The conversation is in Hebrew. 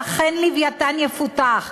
שאכן "לווייתן" יפותח,